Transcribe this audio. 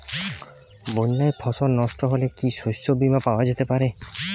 বন্যায় ফসল নস্ট হলে কি শস্য বীমা পাওয়া যেতে পারে?